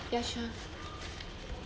ya sure